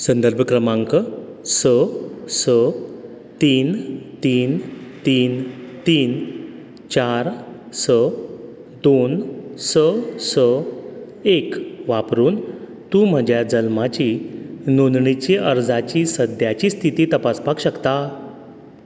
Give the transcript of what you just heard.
संदर्भ क्रमांक स स तीन तीन तीन तीन चार स दोन स स एक वापरून तूं म्हज्या जल्माची नोंदणीची अर्जाची सद्याची स्थिती तपासपाक शकता